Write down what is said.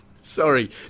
sorry